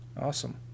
Awesome